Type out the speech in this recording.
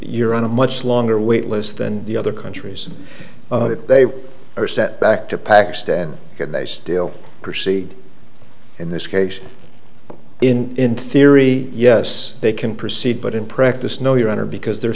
you're on a much longer wait list than the other countries and they are set back to pakistan and yet they still proceed in this case in theory yes they can proceed but in practice no your honor because the